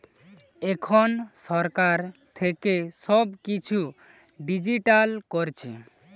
এখন সরকার থেকে সব কিছু ডিজিটাল করছে